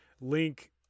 Link